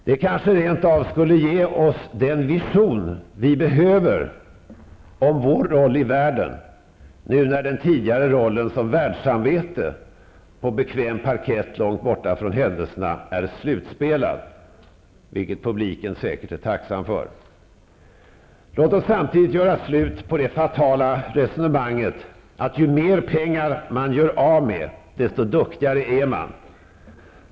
Det kanske rent av skulle ge oss den vision vi behöver om vår roll i världen, nu när den tidigare rollen som världssamvete på bekväm parkett långt borta från händelserna är slutspelad, vilket publiken säkert är tacksam för. Låt oss samtidigt göra slut på det fatala resonemanget att ju mer pengar man gör av med, desto duktigare är man.